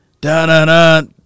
da-da-da